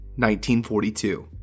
1942